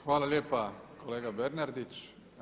Hvala lijepa kolega Bernardić.